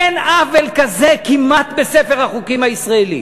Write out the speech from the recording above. אין עוול כזה כמעט בספר החוקים הישראלי.